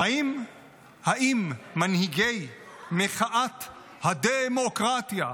האם מנהיגי מחאת הד-מו-קרט-יה,